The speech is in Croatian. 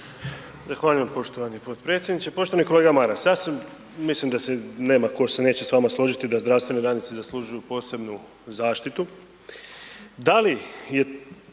Zahvaljujem poštovani potpredsjedniče. Poštovani kolega Maras, ja sam, mislim da se nema ko se neće s vama složiti da zdravstveni radnici zaslužuju posebnu zaštitu,